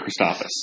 Christophus